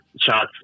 shots